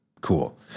cool